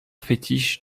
fétiche